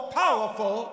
powerful